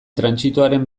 trantsitoaren